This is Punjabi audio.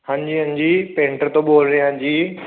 ਹਾਂਜੀ ਹਾਂਜੀ ਪੇਂਟਰ ਤੋਂ ਬੋਲ ਰਿਹਾ ਜੀ